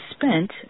spent